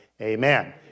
amen